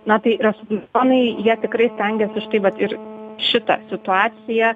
na tai respublikonai jie tikrai stengiasi štai vat ir šitą situaciją